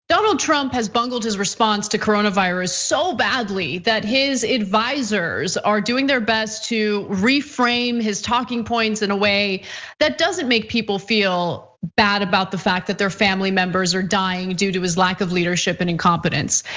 donald trump has bungled his response to coronavirus so badly that his advisers are doing their best to reframe his talking points in a way that doesn't make people feel bad about the fact that their family members are dying due to his lack of leadership and incompetence.